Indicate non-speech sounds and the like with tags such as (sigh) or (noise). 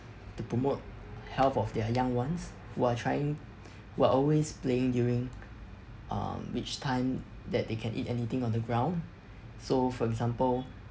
to promote health of their young ones who are trying (breath) who are always playing during um which time that they can eat anything on the ground so for example